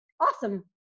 awesome